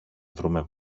βρούμε